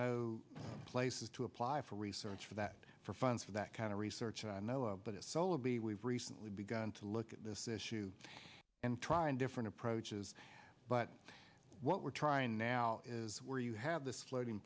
no places to apply for research for that for funds for that kind of research i know of but it's solely we've recently begun to look at this issue and trying different approaches but what we're trying now is where you have this floating